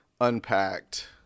unpacked